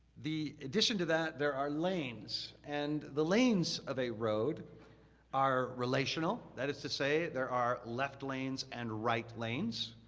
the addition to that, there are lanes, and the lanes of a road are relational, that is to say, there are left lanes and right lanes.